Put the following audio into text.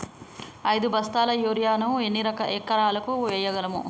ఐదు బస్తాల యూరియా ను ఎన్ని ఎకరాలకు వేయగలము?